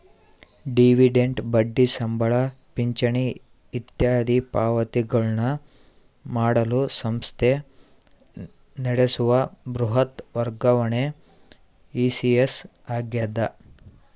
dividend ಬಡ್ಡಿ ಸಂಬಳ ಪಿಂಚಣಿ ಇತ್ಯಾದಿ ಪಾವತಿಗಳನ್ನು ಮಾಡಲು ಸಂಸ್ಥೆ ನಡೆಸುವ ಬೃಹತ್ ವರ್ಗಾವಣೆ ಇ.ಸಿ.ಎಸ್ ಆಗ್ಯದ